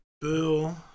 Bill